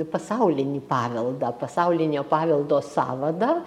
pasaulinį paveldą pasaulinio paveldo sąvadą